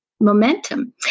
momentum